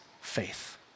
faith